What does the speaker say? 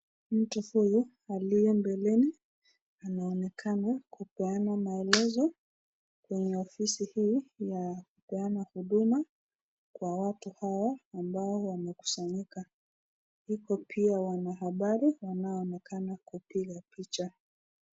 Mtu huyu aliye mbeleni anaonekana kupeana maelezo kwa ofisi hii ya kupeana huduma kwa watu hawa ambo wamekusanyika huku pia wanahabari wanaonekana kupiga picha.